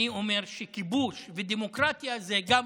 אני אומר שגם כיבוש ודמוקרטיה זה אוקסימורון.